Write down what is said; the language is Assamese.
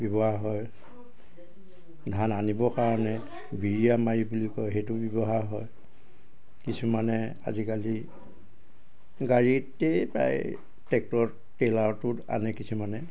ব্যৱহাৰ হয় ধান আনিবৰ কাৰণে বিৰিয়া মাৰি বুলি কয় সেইটো ব্যৱহাৰ হয় কিছুমানে আজিকালি গাড়ীতেই প্ৰায় টেক্টৰত টেলাৰতো আনে কিছুমানে